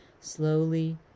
slowly